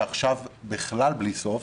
ועכשיו בכלל בלי סוף